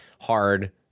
hard